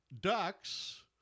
Ducks